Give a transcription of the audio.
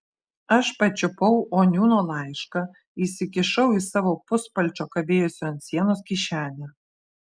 aš pačiupau oniūno laišką įsikišau į savo puspalčio kabėjusio ant sienos kišenę